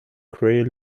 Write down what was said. grey